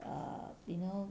err you know